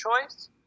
choice